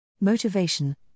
Motivation